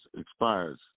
expires